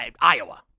Iowa